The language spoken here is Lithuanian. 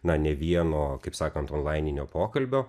na ne vieno kaip sakant onlaininio pokalbio